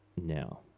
Now